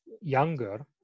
younger